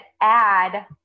add